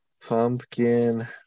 pumpkin